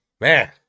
Man